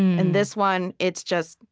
and this one, it's just,